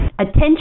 attention